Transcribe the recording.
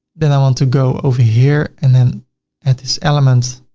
then i want to go over here and then add this element.